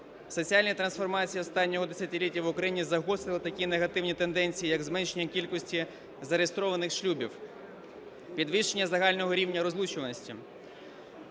Соціальні трансформації останнього десятиліття в Україні загострили такі негативні тенденції, як зменшення кількості зареєстрованих шлюбів, підвищення загального рівня розлучуваності,